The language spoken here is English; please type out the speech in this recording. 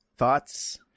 thoughts